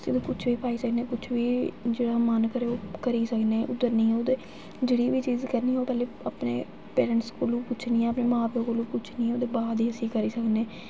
अस इद्धर कुछ बी पाई सकनेआं कुछ बी जेह्ड़ा मन करै ओह् करी सकने उद्धर निं उद्धर जेह्ड़ी बी चीज़ करनी ओह् पैह्लें अपने पेरेंट्स कोलू पुच्छनी ऐ अपने मां प्योऽ कोलू पुच्छनी ओह्दे बाद ई असी करी सकनें